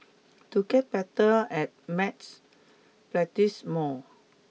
to get better at math practise more